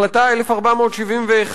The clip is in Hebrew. החלטה 1471,